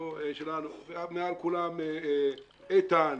ומעל כולם איתן,